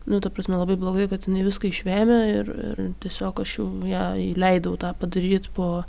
nu ta prasme labai blogai kad jinai viską išvėmė ir ir tiesiog aš jau jai leidau tą padaryt po